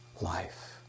life